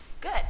Good